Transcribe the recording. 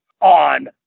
on